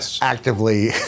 actively